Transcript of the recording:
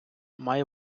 має